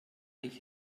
ich